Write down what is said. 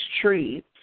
tree